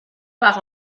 par